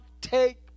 take